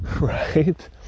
right